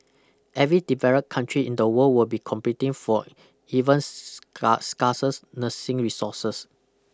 every developed country in the world will be competing for even scarce scarces nursing resources